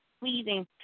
pleasing